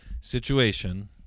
situation